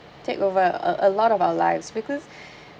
take over uh a lot of our lives because